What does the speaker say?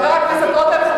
חבר הכנסת רותם,